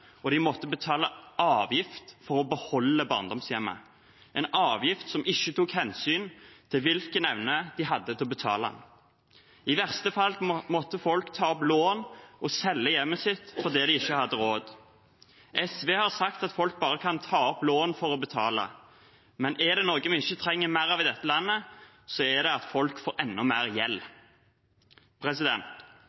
en avgift som ikke tok hensyn til hvilken evne de hadde til å betale. I verste fall måtte folk ta opp lån og selge hjemmet sitt fordi de ikke hadde råd. SV har sagt at folk bare kan ta opp lån for å betale, men er det noe vi ikke trenger mer av i dette landet, er det at folk får enda mer gjeld.